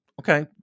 okay